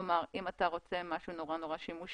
כלומר, אם אתה רוצה משהו מאוד שימושי,